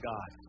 God